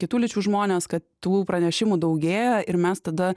kitų lyčių žmones kad tų pranešimų daugėja ir mes tada